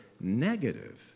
negative